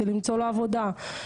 למצוא לו עבודה,